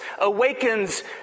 awakens